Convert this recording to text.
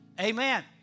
Amen